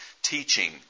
Teaching